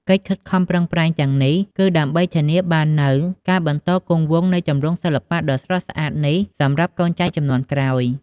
កិច្ចខិតខំប្រឹងប្រែងទាំងនេះ គឺដើម្បីធានាបាននូវការបន្តគង់វង្សនៃទម្រង់សិល្បៈដ៏ស្រស់ស្អាតនេះសម្រាប់កូនចៅជំនាន់ក្រោយ។